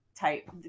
type